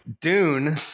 Dune